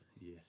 Yes